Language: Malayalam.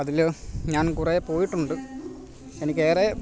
അതിൽ ഞാന് കുറേ പോയിട്ടുണ്ട് എനിക്ക് ഏറെ